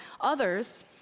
others